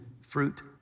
fruit